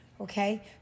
okay